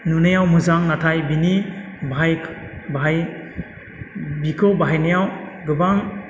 नुनायाव मोजां नाथाय बिनि बाहाय बाहाय बिखौ बाहायनायाव गोबां